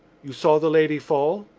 you saw the lady fall?